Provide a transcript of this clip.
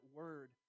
word